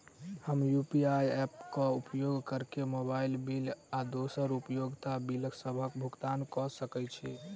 हम UPI app क उपयोग करके मोबाइल बिल आ दोसर उपयोगिता बिलसबक भुगतान कर सकइत छि